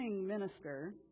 minister